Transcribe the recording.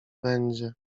będzie